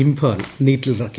Imphal നീറ്റിലിറക്കി